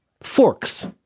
Forks